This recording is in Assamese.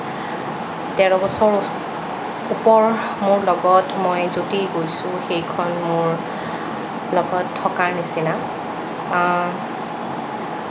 তেৰ বছৰ ওপৰ মোৰ লগত মই য'তেই গৈছো সেইখন মোৰ লগত থকাৰ নিচিনা